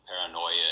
paranoia